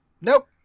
Nope